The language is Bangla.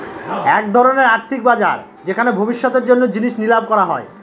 এক ধরনের আর্থিক বাজার যেখানে ভবিষ্যতের জন্য জিনিস নিলাম করা হয়